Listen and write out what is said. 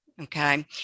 Okay